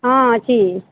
ହଁ ଅଛି